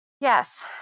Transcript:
yes